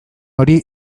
hori